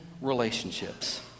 relationships